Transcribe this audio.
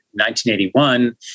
1981